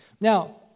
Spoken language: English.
Now